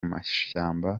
mashyamba